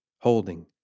holding